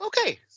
Okay